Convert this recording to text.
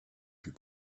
plus